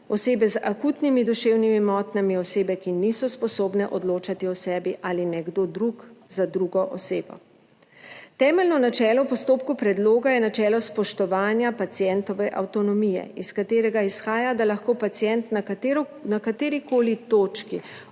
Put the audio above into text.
osebe z akutnimi duševnimi motnjami, osebe, ki niso sposobne odločati o sebi, ali nekdo drug za drugo osebo. Temeljno načelo v postopku predloga je načelo spoštovanja pacientove avtonomije, iz katerega izhaja, da lahko pacient na kateri koli točki